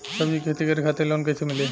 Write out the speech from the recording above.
सब्जी के खेती करे खातिर लोन कइसे मिली?